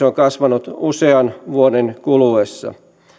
on kasvanut usean vuoden kuluessa